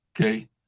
okay